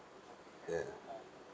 ya